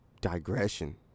digression